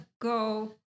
Go